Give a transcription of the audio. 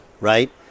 right